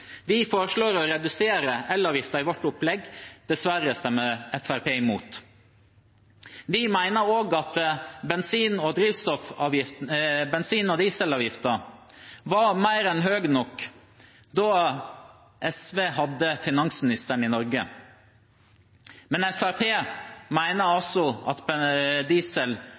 Vi foreslår å redusere elavgiften i vårt opplegg. Dessverre stemmer Fremskrittspartiet imot. Vi mener også at bensin- og dieselavgiften var mer enn høy nok da SV hadde finansministeren i Norge, men Fremskrittspartiet mener altså at